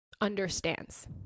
understands